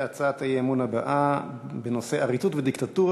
הצעת האי-אמון הבאה בנושא: עריצות ודיקטטורה